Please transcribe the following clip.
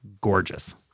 gorgeous